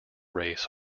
race